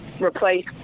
replace